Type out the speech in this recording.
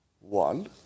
One